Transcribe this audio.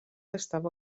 estava